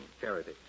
charity